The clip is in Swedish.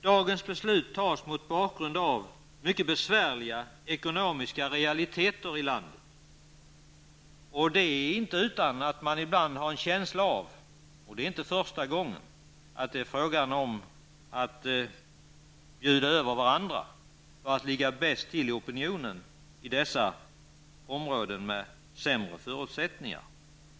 Dagens beslut fattas mot bakgrund av mycket besvärliga ekonomiska realiteter i landet. Det är inte utan att man ibland har en känsla av -- det är inte första gången -- att det är fråga om att bjuda över varandra för att ligga bäst till i opinionen i dessa områden med sämre förutsättningar.